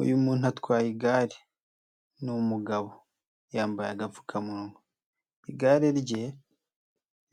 Uyu muntu atwaye igare ni umugabo yambaye agapfukamunwa, igare rye